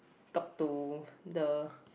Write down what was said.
up to the